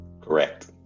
Correct